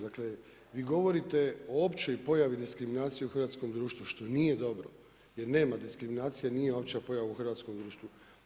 Dakle, vi govorite o općoj pojavi diskriminacije u hrvatskom društvu, što nije dobro, jer nema diskriminacije, nije opća pojava u hrvatskom društvu.